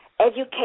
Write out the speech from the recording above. education